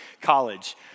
college